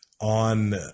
on